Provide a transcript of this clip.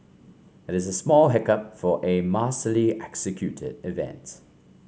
it is a small hiccup for a masterly executed event